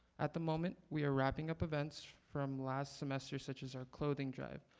at the moment we are wrapping up events from last semester such as our clothing drive.